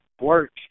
work